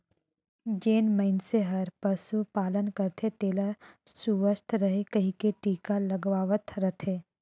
जेन मइनसे हर पसु पालन करथे तेला सुवस्थ रहें कहिके टिका लगवावत रथे